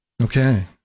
Okay